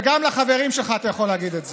וגם לחברים שלך אתה יכול להגיד את זה.